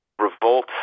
revolt